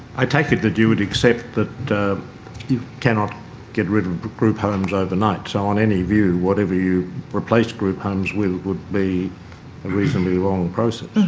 i take it that you would accept that you cannot get rid of group homes overnight. so on any view whatever you replace group homes with would be a reasonably long process.